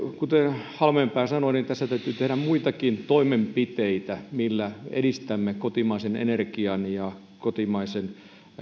kuten halmeenpää sanoi niin tässä täytyy tehdä muitakin toimenpiteitä millä edistämme kotimaisen energian ja kotimaisen